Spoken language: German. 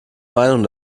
meinung